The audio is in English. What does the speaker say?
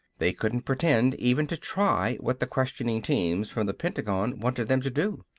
they couldn't pretend even to try what the questioning-teams from the pentagon wanted them to do.